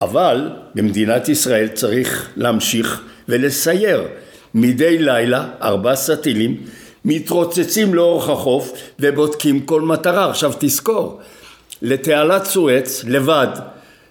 אבל במדינת ישראל צריך להמשיך ולסייר מדי לילה ארבעה סטילים מתרוצצים לאורך החוף ובודקים כל מטרה. עכשיו תזכור לתעלת סואץ לבד